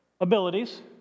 abilities